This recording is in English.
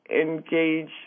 engage